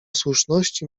słuszności